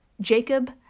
Jacob